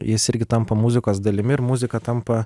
jis irgi tampa muzikos dalimi ir muzika tampa